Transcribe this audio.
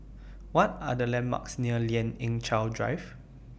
What Are The landmarks near Lien Ying Chow Drive